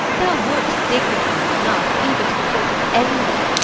thou wert dignified enough, even to the point of envy,